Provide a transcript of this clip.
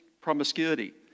promiscuity